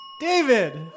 David